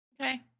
Okay